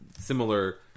similar